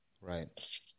Right